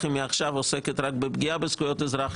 היא מעכשיו עוסקת רק בפגיעה בזכויות אזרח,